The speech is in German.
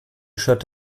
shirt